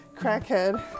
crackhead